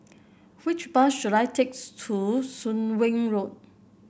which bus should I takes to Soon Wing Road